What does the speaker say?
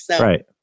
Right